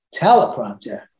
teleprompter